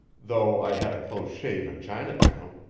though i had a close shave in chinatown.